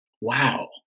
Wow